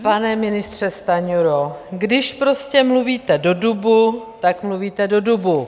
Pane ministře Stanjuro, když prostě mluvíte do dubu, tak mluvíte do dubu.